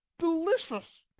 delicious!